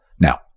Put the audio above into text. Now